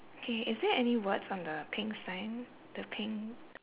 okay is there any words on the pink sign the pink